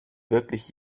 wirklich